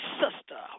sister